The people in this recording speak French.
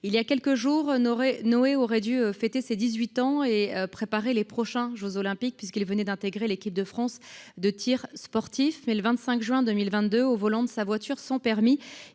Voilà quelques jours, Noé aurait dû fêter ses 18 ans et préparer les prochains jeux Olympiques, puisqu’il venait de rejoindre l’équipe de France de tir sportif. Mais, le 25 juin 2022, au volant de sa voiture sans permis,